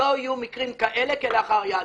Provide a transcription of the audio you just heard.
לא יהיו מקרים כאלה כלאחר יד.